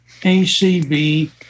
ACB